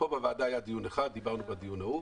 פה בוועדה היה דיון אחד, ודיברנו בדיון ההוא.